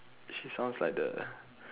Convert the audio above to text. she sounds like the